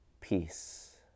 peace